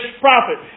prophet